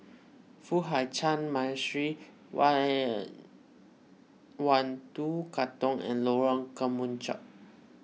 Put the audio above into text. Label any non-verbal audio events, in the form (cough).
Foo Hai Ch'an Monastery one (unintelligible) one two Katong and Lorong Kemunchup